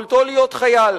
יכולתו להיות חייל.